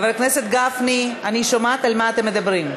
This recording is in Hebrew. חבר הכנסת גפני, אני שומעת על מה אתם מדברים,